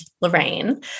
Lorraine